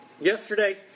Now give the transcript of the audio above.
Yesterday